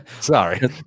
sorry